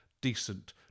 decent